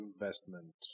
investment